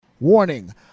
Warning